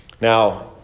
Now